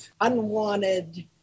unwanted